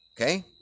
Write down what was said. okay